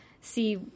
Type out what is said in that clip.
see